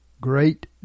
Great